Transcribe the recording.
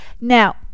Now